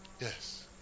Yes